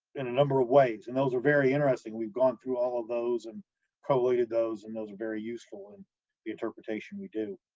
in a number of ways and those are very interesting and we've gone through all of those and collated those and those are very useful in the interpretation we do.